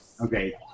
Okay